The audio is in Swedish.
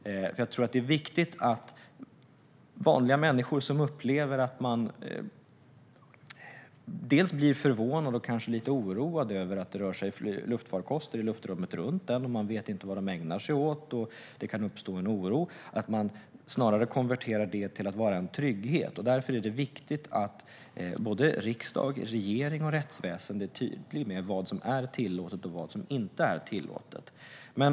Jag tror att det är viktigt att vanliga människor, som blir förvånade och kanske lite oroade över att det rör sig luftfarkoster i luftrummet runt dem och inte vet vad dessa ägnar sig åt, kan konvertera oron till en trygghet. Därför är det viktigt att riksdag, regering och rättsväsen är tydliga med vad som är tillåtet och vad som inte är det.